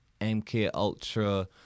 MKUltra